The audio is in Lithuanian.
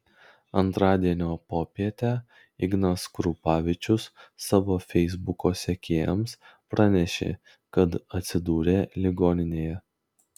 antradienio popietę ignas krupavičius savo feisbuko sekėjams pranešė kad atsidūrė ligoninėje